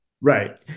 Right